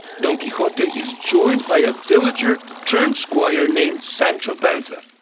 don quixote is joined by a villager-turned-squire named sancho panza.